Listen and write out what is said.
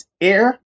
air